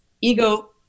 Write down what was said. Ego